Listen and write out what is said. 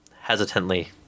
hesitantly